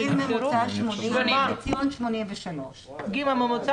גיל ממוצע 80 וחציון 83. הגיל הממוצע